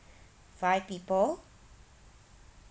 five people